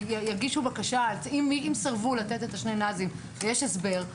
אם סירבו לתת את שתי נקודות הזיכוי ויש הסבר,